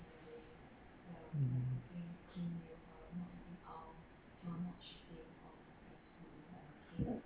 mm